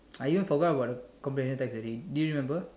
I even forgot about the comprehension text already do you remember